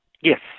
Yes